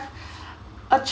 a ch~